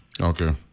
Okay